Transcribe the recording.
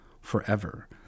forever